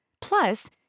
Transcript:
Plus